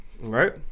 right